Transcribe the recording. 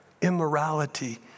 immorality